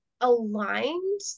aligned